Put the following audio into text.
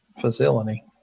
facility